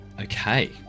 Okay